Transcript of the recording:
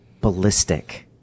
ballistic